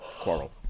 quarrel